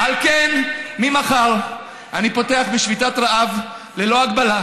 על כן ממחר אני פותח בשביתת רעב ללא הגבלה,